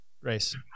race